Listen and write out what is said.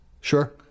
Sure